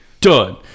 done